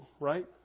right